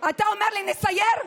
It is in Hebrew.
אתה אומר לי: נסייר?